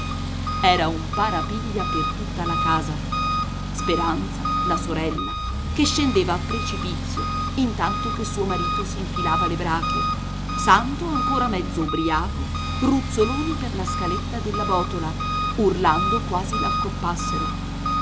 era un parapiglia per tutta la casa speranza la sorella che scendeva a precipizio intanto che suo marito s'infilava le brache santo ancora mezzo ubbriaco ruzzoloni per la scaletta della botola urlando quasi l'accoppassero il